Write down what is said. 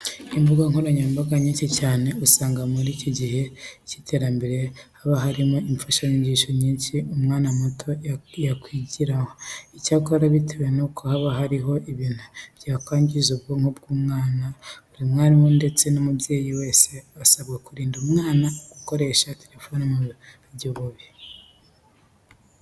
Imbuga nkoranyambaga nyinshi cyane usanga muri iki gihe cy'iterambere haba hariho imfashanyigisho nyinshi umwana muto yakwigiraho. Icyakora bitewe nuko haba hariho n'ibintu byakwangiza ubwonko bw'umwana, buri mwarimu ndetse n'umubyeyi wese asabwa kurinda umwana we gukoresha telefone mu buryo bubi.